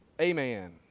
Amen